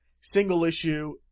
single-issue